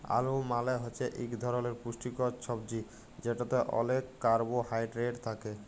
আলু মালে হছে ইক ধরলের পুষ্টিকর ছবজি যেটতে অলেক কারবোহায়ডেরেট থ্যাকে